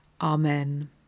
Amen